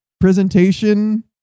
Presentation